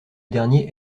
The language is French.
dernier